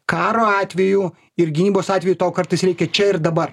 karo atveju ir gynybos atveju to kartais reikia čia ir dabar